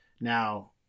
Now